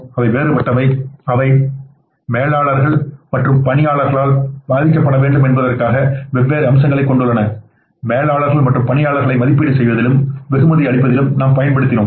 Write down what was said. அவை வேறுபட்டவை அவை மேலாளர்கள் மற்றும் பணியாளர்களால் பாதிக்கப்பட வேண்டும் எஎன்பதற்காக வெவ்வேறு அம்சங்களைக் கொண்டுள்ளன மேலாளர்கள் மற்றும் பணியாளர்களை மதிப்பீடு செய்வதிலும் வெகுமதி அளிப்பதிலும் நாம் பயன்படுத்தினோம்